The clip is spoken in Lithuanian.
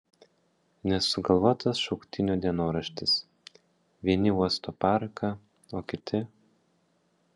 nesugalvotas šauktinio dienoraštis vieni uosto paraką o kiti